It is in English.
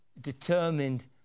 determined